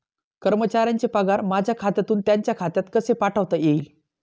कर्मचाऱ्यांचे पगार माझ्या खात्यातून त्यांच्या खात्यात कसे पाठवता येतील?